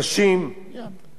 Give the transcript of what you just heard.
גם לי יש ביקורת.